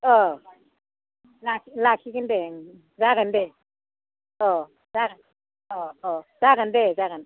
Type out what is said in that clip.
औ ला लाखिगोन दे जागोन दे औ जा अह अह जागोन दे जागोन